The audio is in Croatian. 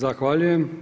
Zahvaljujem.